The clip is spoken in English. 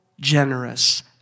generous